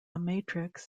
matrix